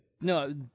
No